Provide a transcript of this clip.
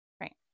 Right